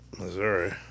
Missouri